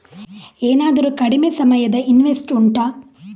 ಏನಾದರೂ ಕಡಿಮೆ ಸಮಯದ ಇನ್ವೆಸ್ಟ್ ಉಂಟಾ